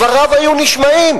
דבריו היו נשמעים.